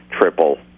triple